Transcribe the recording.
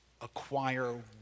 acquire